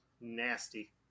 Nasty